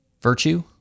virtue